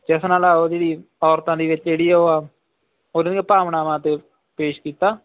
ਜਿਸ ਨਾਲ ਉਹਦੀ ਔਰਤਾਂ ਦੇ ਵਿੱਚ ਜਿਹੜੀ ਉਹ ਉਹਨਾਂ ਦੀਆਂ ਭਾਵਨਾਵਾਂ 'ਤੇ ਪੇਸ਼ ਕੀਤਾ